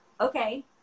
Okay